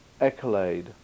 accolade